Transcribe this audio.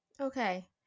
Okay